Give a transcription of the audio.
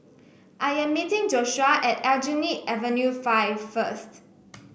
I am meeting Joshuah at Aljunied Avenue Five first